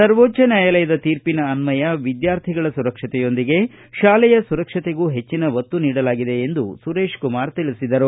ಸರ್ವೋಜ್ವ ನ್ಯಾಯಾಲಯದ ತೀರ್ಪಿನಅನ್ವಯ ವಿದ್ಯಾರ್ಥಿಗಳ ಸುರಕ್ಷತೆಯೊಂದಿಗೆ ಶಾಲೆಯ ಸುರಕ್ಷತೆಗೆ ಹೆಚ್ಚಿನ ಒತ್ತು ನೀಡಲಾಗಿದೆ ಎಂದು ಸುರೇಶಕಕುಮಾರ ಹೇಳಿದರು